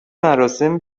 مراسم